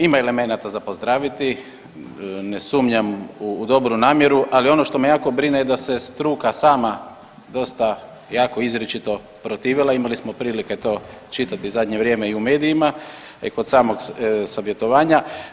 Ima elemenata za pozdraviti, ne sumnjam u dobru namjeru, ali ono što me jako brine je da se struka sama dosta jako izričito protivila, imali smo prilike to čitati zadnje vrijeme i u medijima i kod samog savjetovanja.